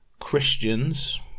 Christians